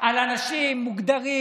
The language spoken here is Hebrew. אנשים מוגדרים.